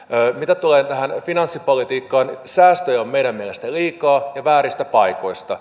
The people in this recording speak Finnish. mitä tulee tähän finanssipolitiikkaan säästöjä on meidän mielestämme liikaa ja vääristä paikoista